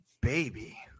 baby